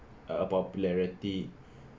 uh popularity